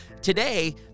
Today